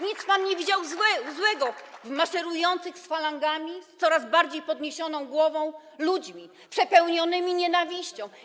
Nic pan nie widział złego w maszerujących z falangami, z coraz bardziej podniesioną głową ludźmi przepełnionymi nienawiścią.